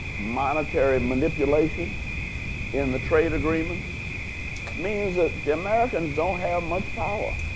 monetary manipulation in the trade agreements means that the americans don't have much power.